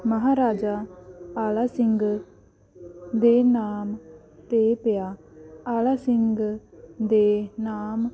ਮਹਾਰਾਜਾ ਆਲਾ ਸਿੰਘ ਦੇ ਨਾਮ 'ਤੇ ਪਿਆ ਆਲਾ ਸਿੰਘ ਦੇ ਨਾਮ